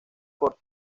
por